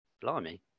Blimey